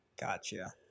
Gotcha